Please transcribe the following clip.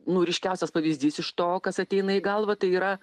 nu ryškiausias pavyzdys iš to kas ateina į galvą tai yra